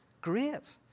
great